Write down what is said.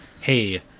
hey